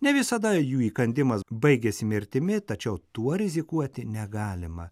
ne visada jų įkandimas baigiasi mirtimi tačiau tuo rizikuoti negalima